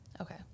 Okay